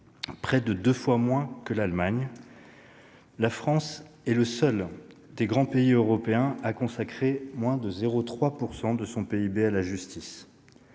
près de deux fois moins que l'Allemagne, et qu'elle est le seul des grands pays européens à dédier moins de 0,3 % de son PIB à la justice.